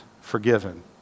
forgiven